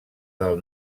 del